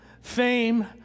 fame